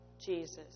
Jesus